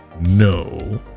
No